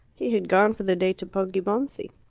he had gone for the day to poggibonsi.